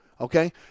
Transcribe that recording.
okay